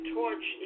torch